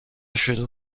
شروع